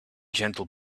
gentle